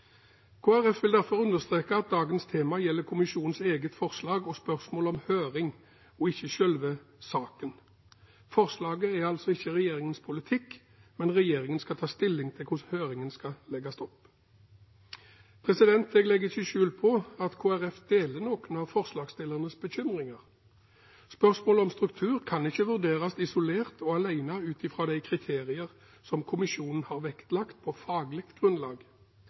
vil derfor understreke at dagens tema gjelder kommisjonens eget forslag og spørsmålet om høring, ikke selve saken. Forslaget er altså ikke regjeringens politikk, men regjeringen skal ta stilling til hvordan høringen skal legges opp. Jeg legger ikke skjul på at Kristelig Folkeparti deler noen av forslagsstillernes bekymringer. Spørsmålet om struktur kan ikke vurderes isolert og alene ut fra de kriterier som kommisjonen har vektlagt på faglig grunnlag.